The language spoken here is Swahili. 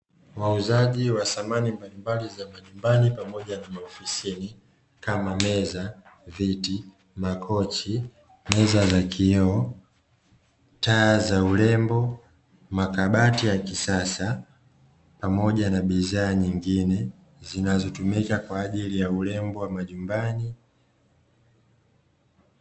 Wauzaji wa samani mbalimbali za majumbani pamoja na za maofisini, kama: meza, viti, makochi, meza za kioo, taa za urembo, makabati ya kisasa pamoja na bidhaa nyingine zinazotumika kwa ajili ya urembo wa majumbani.